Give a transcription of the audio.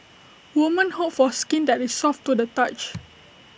women hope for skin that is soft to the touch